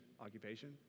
Occupation